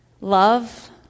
love